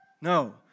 No